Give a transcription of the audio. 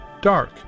dark